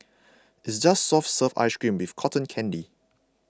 it's just soft serve ice cream with cotton candy